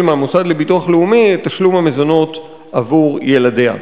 מהמוסד לביטוח לאומי את תשלום המזונות עבור ילדיה.